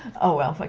oh well, like